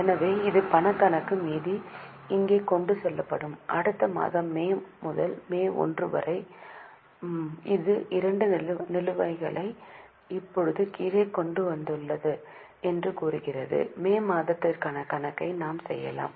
எனவே இது பணக் கணக்கு மீதி இங்கே கொண்டு செல்லப்படும் அடுத்த மாதம் மே முதல் மே 1 வரை இது இரண்டு நிலுவைகளை இப்போது கீழே கொண்டு வந்துள்ளது என்று கூறுகிறது மே மாதத்திற்கான கணக்கை நாம் செய்யலாம்